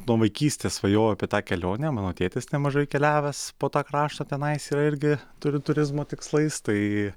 nuo vaikystės svajojau apie tą kelionę mano tėtis nemažai keliavęs po tą kraštą tenais yra irgi tur turizmo tikslais tai